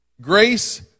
grace